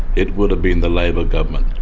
it would have been the labor government,